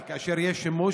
אבל כאשר יש שימוש,